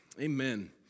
Amen